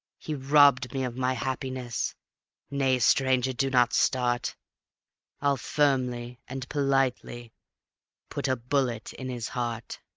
he robbed me of my happiness nay, stranger, do not start i'll firmly and politely put a bullet in his heart.